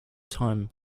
time